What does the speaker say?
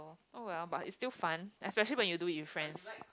oh well but it's still fun especially when you do it with friends